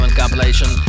compilation